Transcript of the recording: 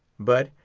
but,